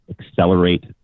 Accelerate